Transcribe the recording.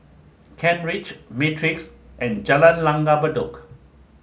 Kent Ridge Matrix and Jalan Langgar Bedok